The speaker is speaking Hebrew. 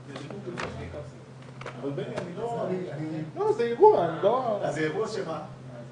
כמו ששאלתי קודם מה הקשר בין תמ"א 70 לבין תכנית משביחה ומתחמי השפעה,